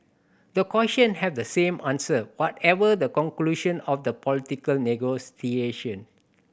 the question have the same answer whatever the conclusion of the political negotiation